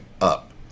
up